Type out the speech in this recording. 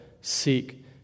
seek